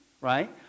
Right